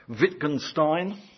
Wittgenstein